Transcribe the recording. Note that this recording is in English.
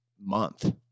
month